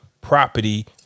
property